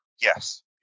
Yes